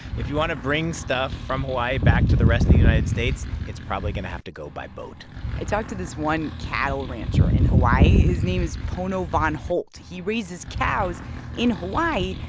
if you want to bring stuff from hawaii back to the rest of the united states, it's probably going to have to go by boat i talked to this one cattle rancher in hawaii. his name is pono von holt. he raises cows in hawaii,